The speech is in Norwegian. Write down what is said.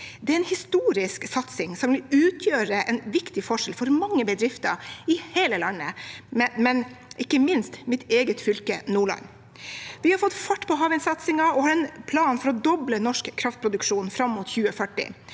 Det er en historisk satsing som vil utgjøre en viktig forskjell for mange bedrifter i hele landet, men ikke minst i mitt eget fylke, Nordland. Vi har fått fart på havvindsatsingen og har en plan for å doble norsk kraftproduksjon fram mot 2040.